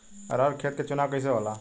अरहर के खेत के चुनाव कइसे होला?